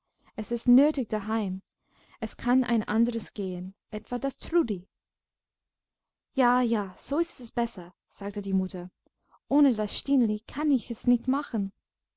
es ist nötig daheim es kann ein anderes gehen etwa das trudi ja ja so ist's besser sagte die mutter ohne das stineli kann ich es nicht machen